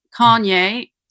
Kanye